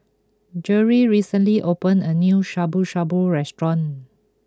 Jeri recently opened a new Shabu Shabu restaurant